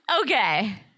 Okay